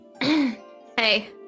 Hey